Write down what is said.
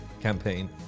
campaign